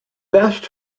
best